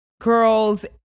girls